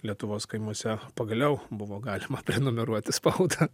lietuvos kaimuose pagaliau buvo galima prenumeruoti spaudą